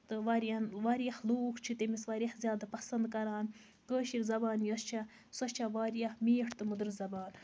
تہٕ واریاہَن واریاہ لوٗکھ چھِ تٔمِس واریاہ زیادٕ پَسند کران کٲشِر زَبان یۄس چھےٚ سۄ چھےٚ واریاہ میٖٹھ تہٕ مٔدٕر زَبان